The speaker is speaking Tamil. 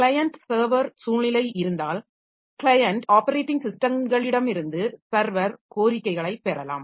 க்ளையன்ட் சர்வர் சூழ்நிலை இருந்தால் க்ளையன்ட் ஆப்பரேட்டிங் ஸிஸ்டம்களிடமிருந்து சர்வர் கோரிக்கைகளைப் பெறலாம்